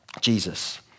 Jesus